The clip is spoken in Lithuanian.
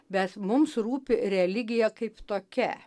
bet mums rūpi religija kaip tokia